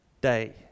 day